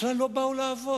בכלל לא באו לעבוד.